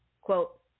Quote